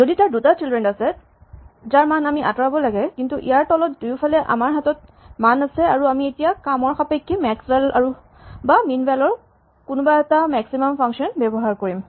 যদি তাৰ দুটা চিল্ড্ৰেন আছে যাৰ মান আমি আঁতৰাব লাগে কিন্তু ইয়াৰ তলত দুয়োফালে আমাৰ হাতত মান আছে আৰু আমি এতিয়া কামৰ সাপেক্ষে মেক্সভেল বা মিনভেল ৰ কোনোবা এটা মেক্সিমাম ফাংচন ব্যৱহাৰ কৰিম